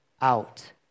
out